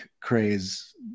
craze